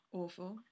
awful